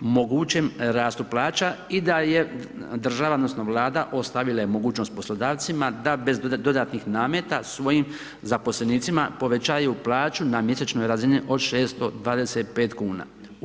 mogućem rastu plaća i da je država odnosno, vlada ostavila je mogućnost poslodavcima da bez dodatnih nameta svojim zaposlenicima povećaju plaću na mjesečnoj razini od 625 kn.